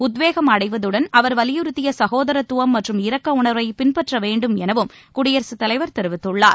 உத்வேகம் அடைவதுடன் அவர் வலியுறுத்திய சகோதரத்துவம் மற்றும் இரக்க உணர்வை பின்பற்ற வேண்டும் எனவும் குடியரசுத் தலைவர் தெரிவித்துள்ளார்